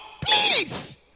please